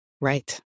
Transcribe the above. Right